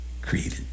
created